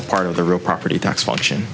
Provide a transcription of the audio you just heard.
a part of the real property tax function